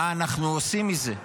מה אנחנו עושים מזה,